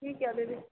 ठीक है दीदी